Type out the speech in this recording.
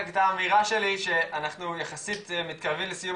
רק את האמירה שלי שאנחנו יחסית מתקרבים לסיום